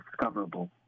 discoverable